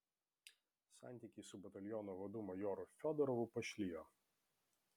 santykiai su bataliono vadu majoru fiodorovu pašlijo